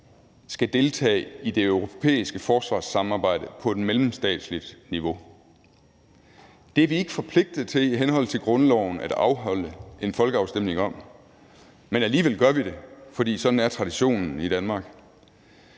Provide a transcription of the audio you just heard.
skal deltage i det europæiske forsvarssamarbejde på et mellemstatsligt niveau. Det er vi ikke forpligtet til i henhold til grundloven at afholde en folkeafstemning om, men alligevel gør vi det, for sådan er traditionen i Danmark.